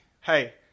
Hey